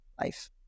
life